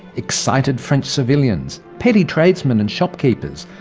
excited french civilians, petty tradesmen and shopkeepers,